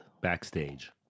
Backstage